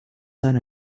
son